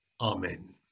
Amen